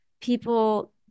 people